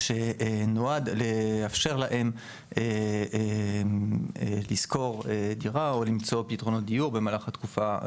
שנועד לאפשר להם לשכור דירה או למצוא פתרונות דיור במהלך התקופה,